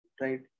right